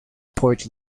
port